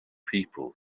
people